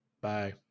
Bye